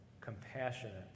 compassionate